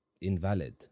invalid